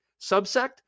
subsect